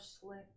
slick